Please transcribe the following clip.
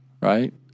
right